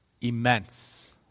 immense